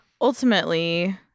Ultimately